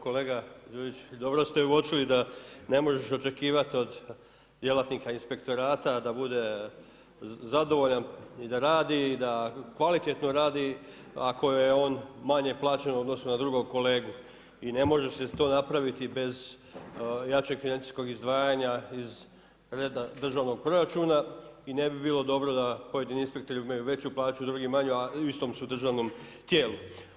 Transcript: Kolega Đujić, dobro ste uočili da ne možeš očekivat od djelatnika inspektorata da bude zadovoljan i da radi i da kvalitetno radi ako je on manje plaćen u odnosu na drugog kolegu i ne može se isto napraviti bez jačeg financijskog izdvajanja iz reda državnog proračuna i ne bi bilo dobro da pojedini inspektori imaju veću plaću, drugi manju a u istom su državnom tijelu.